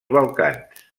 balcans